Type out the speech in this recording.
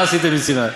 מה עשיתם עם סיני?